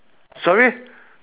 sorry